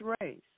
race